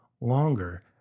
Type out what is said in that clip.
longer